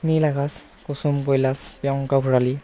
নীল আকাশ কুসুম কৈলাশ প্ৰিয়ংকা ভৰালী